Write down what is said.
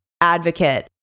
advocate